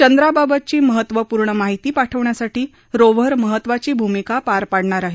चंद्रा बाबतची महत्त्वपूर्ण माहिती पाठवण्यासाठी रोव्हर महत्वाची भूमिका पार पाडणार आहे